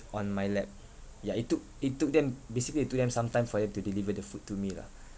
on my lap ya it took it took them basically it took them sometime for them to deliver the food to me lah